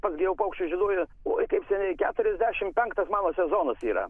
pats gi jau paukščius žieduoju oi kaip seniai keturiasdešimt penktas mano sezonas yra